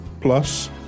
Plus